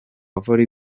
volley